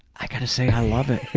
i gotta say i love it.